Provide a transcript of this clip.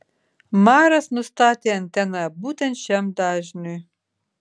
maras nustatė anteną būtent šiam dažniui